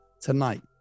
Tonight